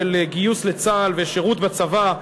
של גיוס לצה"ל ושירות בצבא,